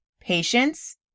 Patience